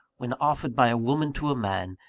when offered by a woman to a man,